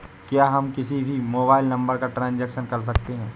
क्या हम किसी भी मोबाइल नंबर का ट्रांजेक्शन कर सकते हैं?